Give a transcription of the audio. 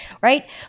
right